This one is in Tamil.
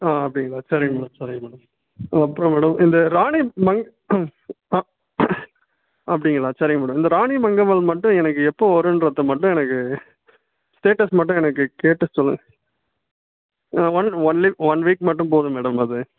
ஆ அப்படிங்களா சரிங்க மேடம் சரிங்க மேடம் ஆ அப்புறம் மேடம் இந்த ராணி மங்கம்மா அப்படிங்களா சரிங்க மேடம் இந்த ராணி மங்கம்மாள் மட்டும் எனக்கு எப்போது வரும்ன்றதை மட்டும் எனக்கு ஸ்டேட்டஸ் மட்டும் எனக்கு கேட்டு சொல்லுங்கள் ஒன் வீக் மட்டும் போதும் மேடம் அது